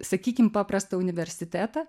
sakykim paprastą universitetą